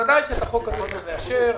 בוודאי שאת הצעת החוק הזאת לא צריך לאשר.